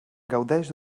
gaudeix